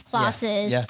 Classes